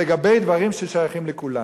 לגבי דברים ששייכים לכולם.